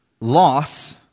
loss